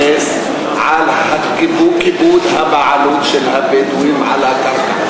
להתבסס על כיבוד הבעלות של הבדואים על הקרקע?